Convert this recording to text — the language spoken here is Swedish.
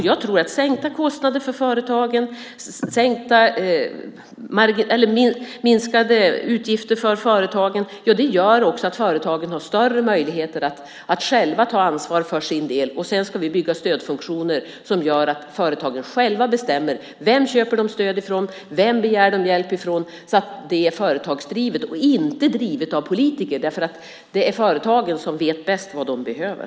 Jag tror att sänkta kostnader för företagen, minskade utgifter för företagen, gör att företagen har större möjligheter att själva ta ansvar för sin del. Sedan ska vi bygga stödfunktioner som gör att företagen själva kan bestämma vem de ska köpa stöd från och vem de ska begära hjälp från. Det ska vara företagsdrivet och inte drivet av politiker. Det är företagen som vet bäst vad de behöver.